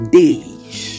days